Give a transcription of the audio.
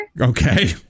Okay